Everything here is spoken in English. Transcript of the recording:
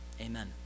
Amen